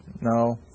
No